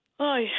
Hi